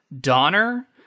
Donner